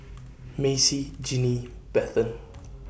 Macey Jinnie Bethann